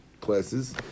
classes